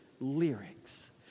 lyrics